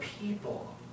people